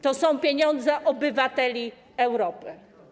To są pieniądze obywateli Europy.